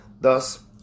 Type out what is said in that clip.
Thus